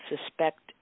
suspect